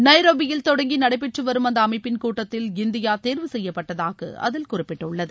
நைரோபியில் தொடங்கி நடைபெற்றுவரும் அந்த அமைப்பின் கூட்டத்தில் இந்தியா தேர்வு செய்யப்பட்டதாக அதில் குறிப்பிடப்பட்டுள்ளது